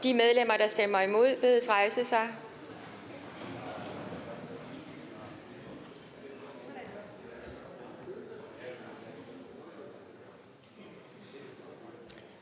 De medlemmer, der stemmer imod, bedes rejse sig.